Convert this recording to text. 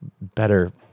better